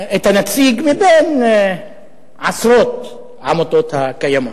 את הנציג מבין עשרות העמותות הקיימות.